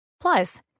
plus